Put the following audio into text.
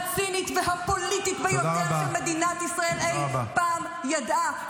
אתם הממשלה הצינית והפוליטית ביותר שמדינת ישראל אי פעם ידעה,